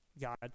God